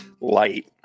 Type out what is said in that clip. light